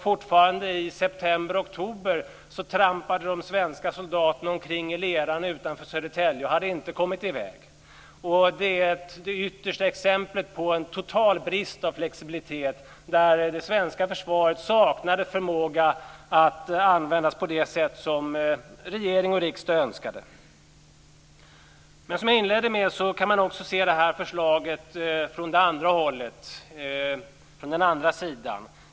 Fortfarande i september, oktober trampade de svenska soldaterna omkring i leran utanför Södertälje och hade inte kommit iväg. Det är det yttersta exemplet på en total brist på flexibilitet där det svenska försvarets saknade förmåga att användas på det sätt som regering och riksdag önskade. Som jag inledde med kan man också se förslaget från det andra sidan.